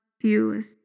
views